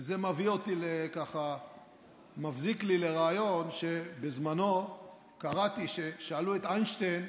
וזה מבזיק לי לרעיון שבזמנו קראתי שכששאלו את איינשטיין: